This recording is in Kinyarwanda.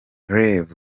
rev